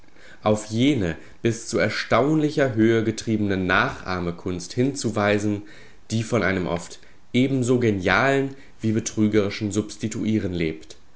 auf jene bis zu erstaunlicher höhe getriebene nachahmekunst hinzuweisen die von einem oft eben so genialen wie betrügerischen substituieren lebt